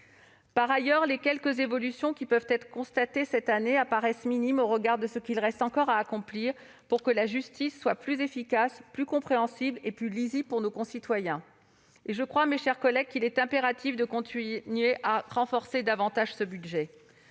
Par ailleurs, les quelques évolutions que l'on constate cette année apparaissent minimes au regard de ce qu'il reste encore à accomplir afin que la justice soit plus efficace, plus compréhensible et plus lisible pour nos concitoyens. Je crois, mes chers collègues, qu'il est impératif de continuer à renforcer davantage ce budget.